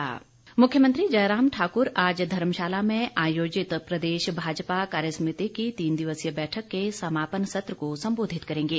मुख्यमंत्री मुख्यमंत्री जयराम ठाकुर आज धर्मशाला में आयोजित प्रदेश भाजपा कार्यसमिति की तीन दिवसीय बैठक के समापन सत्र को संबोधित करेंगे